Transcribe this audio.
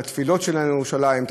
את התפילות שלנו לירושלים,